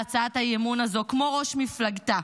הצעת האי-אמון הזאת כמו ראש מפלגתה,